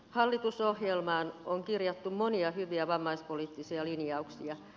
hallitusohjelmaan on kirjattu monia hyviä vammaispoliittisia linjauksia